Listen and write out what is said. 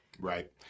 Right